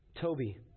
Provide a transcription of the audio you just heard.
Toby